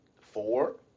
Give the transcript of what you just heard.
four